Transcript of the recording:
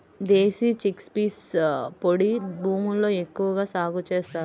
దేశీ chickpeas పొడి భూముల్లో ఎక్కువగా సాగు చేస్తారు